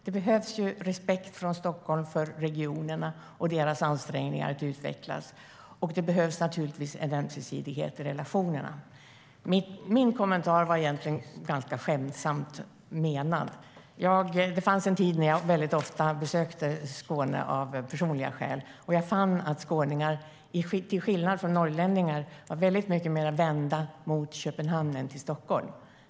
Det behövs respekt från Stockholm för regionerna och deras ansträngningar att utvecklas, och det behövs naturligtvis en ömsesidighet i relationerna. Min kommentar var skämtsamt menad. Det fanns en tid när jag ofta besökte Skåne av personliga skäl. Jag fann att skåningar, till skillnad från norrlänningar, var mer vända mot Köpenhamn än till Stockholm.